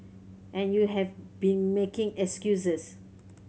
and you have been making excuses